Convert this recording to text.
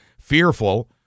fearful